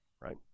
right